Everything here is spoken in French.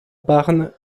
barnes